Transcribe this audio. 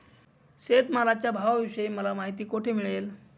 शेतमालाच्या भावाविषयी मला माहिती कोठे मिळेल?